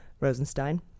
Rosenstein